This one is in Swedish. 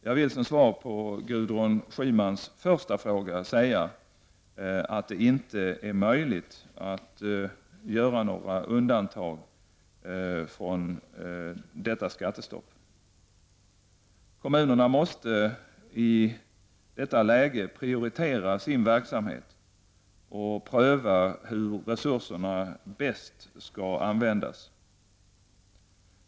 Jag vill som svar på Gudryn Schymans första fråga säga att det inte är möjligt att göra några undantag från detta skattestopp. Kommunerna måste i detta läge prioritera sin verksamhet och pröva hur resurserna bäst skall användas.